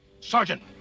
Sergeant